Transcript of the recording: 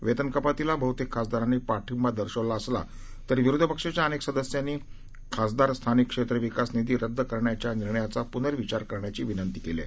वेतन कपातीला बहुतेक खासदारांनी पांठीबा दर्शवला असला तरी विरोधी पक्षाच्या अनेक सदस्यांनी खासदार स्थानिक क्षेत्र विकास निधी रद्द करण्याच्या निर्णायाचा पुर्नविचार करण्याची विनंती केली आहे